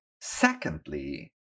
secondly